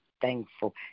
thankful